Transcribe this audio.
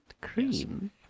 cream